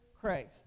Christ